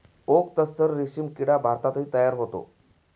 okay tussar रेशीम किडा भारतातही तयार होतो